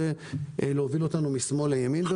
תסתכלו משמאל לימין.